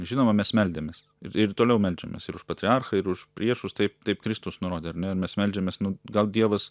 žinoma mes meldėmės ir toliau meldžiamės ir už patriarchą ir už priešus taip taip kristus nurodė ar ne ir mes meldžiamės nu gal dievas